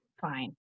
fine